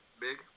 big